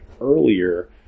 earlier